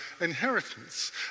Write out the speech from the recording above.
inheritance